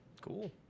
Cool